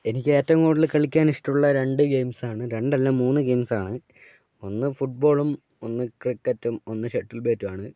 എനിക്ക് ഏറ്റവും കൂടുതൽ കളിക്കാൻ ഇഷ്ടമുള്ള രണ്ട് ഗെയിംസാണ് രണ്ടല്ല മൂന്ന് ഗെയിംസാണ് ഒന്ന് ഫുട്ബോളും ഒന്ന് ക്രിക്കറ്റും ഒന്ന് ഷട്ടിൽ ബാറ്റുമാണ്